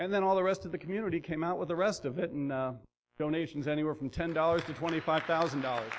and then all the rest of the community came out with the rest of it and fill nations anywhere from ten dollars to twenty five thousand dollars